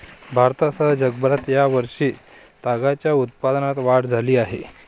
भारतासह जगभरात या वर्षी तागाच्या उत्पादनात वाढ झाली आहे